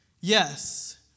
Yes